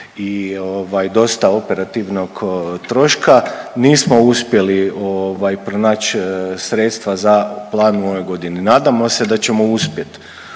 i dosta operativnog troška. Nismo uspjeli pronaći sredstva u planu ove godine. Nadamo se da ćemo uspjeti